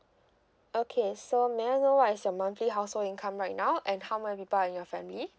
okay so may I know what is your monthly household income right now and how many people are in your family